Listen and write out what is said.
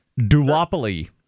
Duopoly